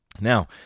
Now